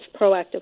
proactive